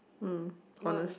mm honest